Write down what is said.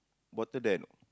water damp